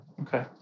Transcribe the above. okay